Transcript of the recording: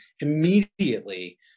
immediately